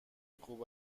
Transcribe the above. خوب